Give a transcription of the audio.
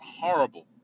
horrible